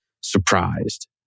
surprised